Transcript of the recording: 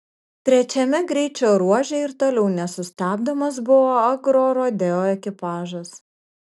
trečiame greičio ruože ir toliau nesustabdomas buvo agrorodeo ekipažas